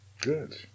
good